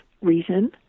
reason